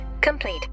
complete